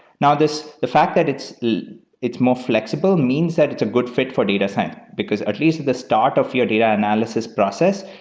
now, the fact that it's it's more flexible means that it's a good fit for data science, because at least the start of your data analysis process,